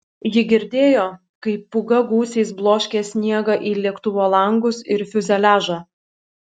ji girdėjo kaip pūga gūsiais bloškė sniegą į lėktuvo langus ir fiuzeliažą